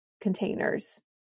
containers